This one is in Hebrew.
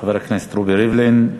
חבר הכנסת רובי ריבלין.